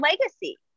legacy